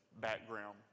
background